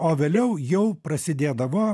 o vėliau jau prasidėdavo